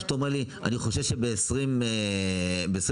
אז אתה אומר אל תגביל בכלל או שאתה אומר